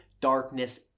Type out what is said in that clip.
darkness